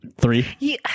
Three